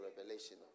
revelation